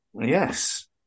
Yes